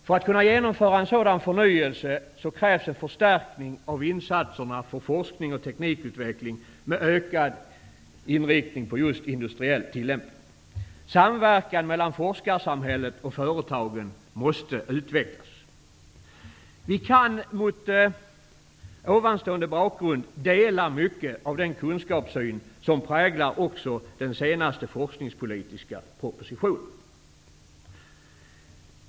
För att kunna genomföra en sådan förnyelse krävs en förstärkning av insatserna för forskning och teknikutveckling med ökad inriktning på just industriell tillämpning. Samverkan mellan forskarsamhället och företagen måste utvecklas. Mot den bakgrunden kan vi dela mycket av den kunskapssyn som även präglar den senaste forskningspolitiska propositionen.